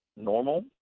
normal